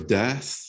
death